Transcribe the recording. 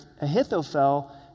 Ahithophel